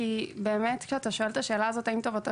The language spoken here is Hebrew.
כי באמת כשאתה שואל את השאלה הזאת האם טובתו